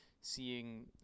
seeing